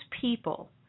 people